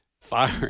fire